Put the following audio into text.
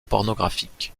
pornographiques